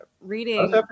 reading